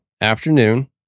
afternoon